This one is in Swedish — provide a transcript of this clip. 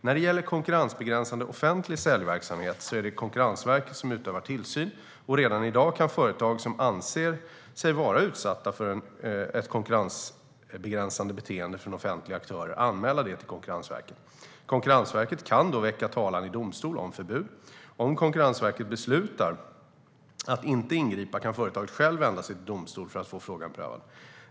När det gäller konkurrensbegränsande offentlig säljverksamhet är det Konkurrensverket som utövar tillsyn, och redan i dag kan företag som anser sig vara utsatta för ett konkurrensbegränsande beteende från offentliga aktörer anmäla det till Konkurrensverket. Konkurrensverket kan då väcka talan i domstol om förbud. Om Konkurrensverket beslutar att inte ingripa kan företaget självt vända sig till domstol för att få frågan prövad.